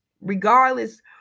Regardless